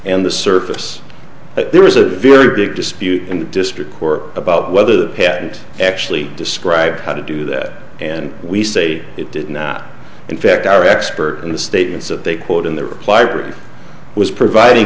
and the surface there was a very big dispute in the district or about whether the patent actually described how to do that and we say it did not in fact our expert in the statements that they quote in their reply was providing